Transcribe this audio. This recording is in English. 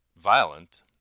violent